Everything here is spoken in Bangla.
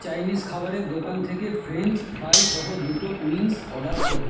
চাইনিজ খাবারের দোকান থেকে ফ্রেঞ্চ ফ্রাই সহ দুটো উইংস অর্ডার করো